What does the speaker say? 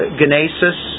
genesis